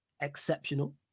exceptional